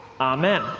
Amen